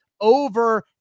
over